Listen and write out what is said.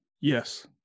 Yes